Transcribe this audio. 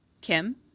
Kim